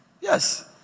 Yes